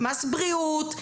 מס בריאות,